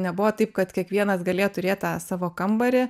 nebuvo taip kad kiekvienas galėjo turėt tą savo kambarį